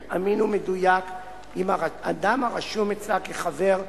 אמין ומדויק אם האדם הרשום אצלה כחבר,